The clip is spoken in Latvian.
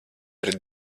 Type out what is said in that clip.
pret